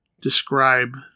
describe